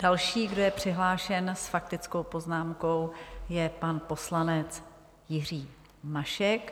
Další, kdo je přihlášen s faktickou poznámkou, je pan poslanec Jiří Mašek.